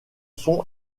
son